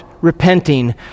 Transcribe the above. repenting